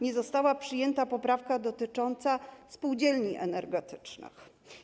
Nie została przyjęta poprawka dotycząca spółdzielni energetycznych.